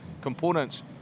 components